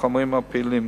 החומרים הפעילים.